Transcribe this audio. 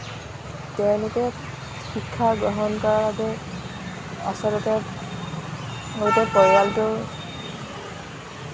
তেওঁলোকে শিক্ষা গ্ৰহণ কৰাৰ বাবে আচলতে গোটেই পৰিয়ালটো